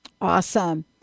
Awesome